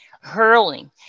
hurling